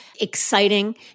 exciting